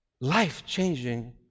life-changing